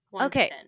okay